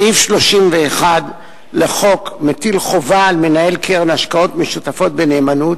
סעיף 31 לחוק מטיל חובה על מנהל קרן השקעות משותפות בנאמנות